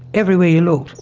everywhere you looked.